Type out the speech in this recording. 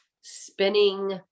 spinning